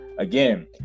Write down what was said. Again